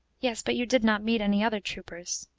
yes, but you did not meet any other troopers.